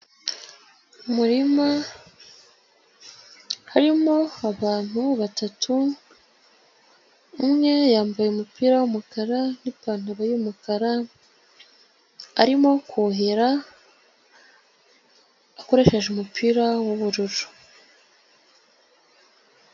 Umurima harimo abantu batatu, umwe yambaye umupira w'umukara nipantaro y'umukara, arimo kuhira akoresheje umupira w'ubururu.